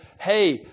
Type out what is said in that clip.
hey